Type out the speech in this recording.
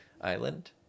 Island